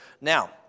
now